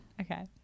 okay